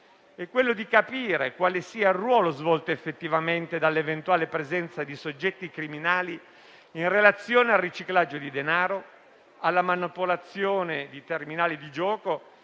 delle fonti, capire quale sia il ruolo svolto effettivamente dall'eventuale presenza di soggetti criminali in relazione al riciclaggio di denaro, alla manipolazione dei terminali di gioco,